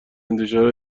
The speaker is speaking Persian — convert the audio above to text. انتشار